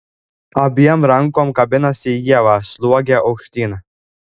abiem rankom kabinasi į ievą sliuogia aukštyn